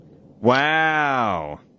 Wow